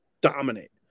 dominate